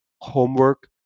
homework